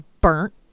burnt